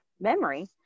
memory